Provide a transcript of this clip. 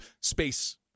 space